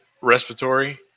respiratory